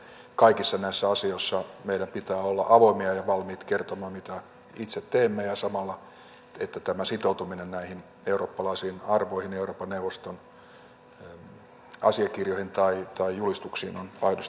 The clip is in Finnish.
kaikissa näissä asioissa meidän pitää olla avoimia ja valmiit kertomaan mitä itse teemme ja samalla että tämä sitoutuminen näihin eurooppalaisiin arvoihin ja euroopan neuvoston asiakirjoihin tai julistuksiin on aidosti voimassa